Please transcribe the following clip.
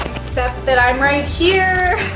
except that i'm right here.